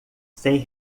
sem